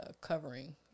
covering